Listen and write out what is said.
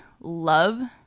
love